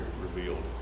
revealed